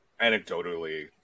anecdotally